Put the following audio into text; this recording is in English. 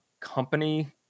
company